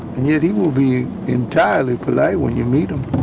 and yet he will be entirely polite when you meet him.